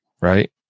right